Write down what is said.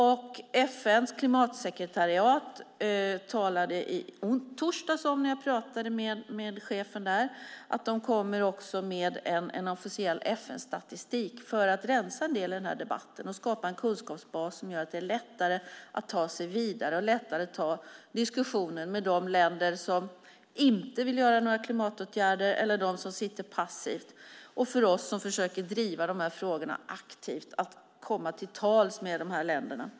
FN:s klimatsekretariat talade i torsdags, när jag pratade med chefen där, om att de också kommer med en officiell FN-statistik för att rensa en del i den här debatten och skapa en kunskapsbas som gör att det är lättare att ta sig vidare och lättare att ta diskussionen med de länder som inte vill vidta några klimatåtgärder eller de som sitter passiva. Det blir också lättare för oss som försöker driva de här frågorna aktivt att komma till tals med de här länderna.